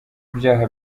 ibyaha